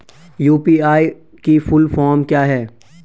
UPI की full form क्या है?